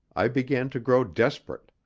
i began to grow desperate.